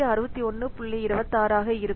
26 ஆக இருக்கும்